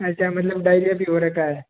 अच्छा मतलब डायरिया भी हो रखा है